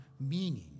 meaning